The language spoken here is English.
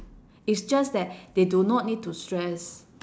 is just that they do not need to stress